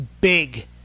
big